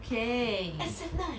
S N nine